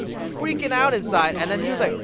freaking out inside. and then he was like,